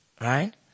Right